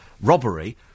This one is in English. robbery